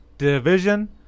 Division